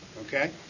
Okay